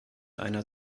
einer